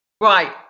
Right